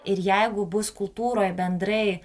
ir jeigu bus kultūroj bendrai